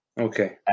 Okay